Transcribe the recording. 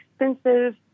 expensive